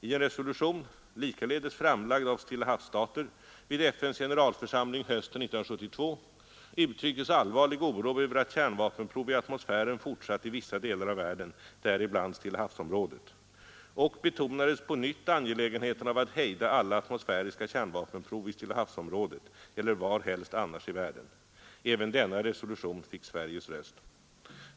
I en resolution, likaledes framlagd av Stillahavsstater, vid FN:s generalförsamling hösten 1972, uttrycktes allvarlig oro över att kärnvapenprov i atmosfären fortsatt i vissa delar av världen, däribland Stillahavsområdet, och betonades på nytt angelägenheten av att hejda alla atmosfäriska kärnvapenprov i Stillahavsområdet eller varhelst annars i världen. Även denna resolution fick Sveriges röst.